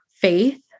faith